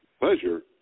pleasure